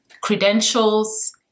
credentials